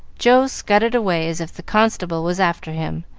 joe scudded away as if the constable was after him,